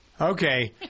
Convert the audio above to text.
Okay